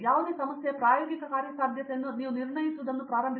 ಯಾವುದೇ ಸಮಸ್ಯೆಯ ಪ್ರಾಯೋಗಿಕ ಕಾರ್ಯಸಾಧ್ಯತೆಯನ್ನು ನೀವು ನಿರ್ಣಯಿಸುವುದನ್ನು ಪ್ರಾರಂಭಿಸಬಹುದು